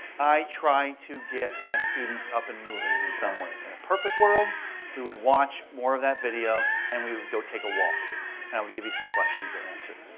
i try to get my students up and moving in some way. in a perfect world we would watch more of that video, and we would go take a walk and i would give you some questions to answer.